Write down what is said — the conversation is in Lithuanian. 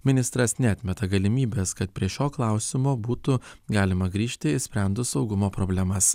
ministras neatmeta galimybės kad prie šio klausimo būtų galima grįžti išsprendus saugumo problemas